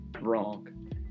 Wrong